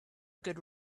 good